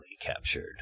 captured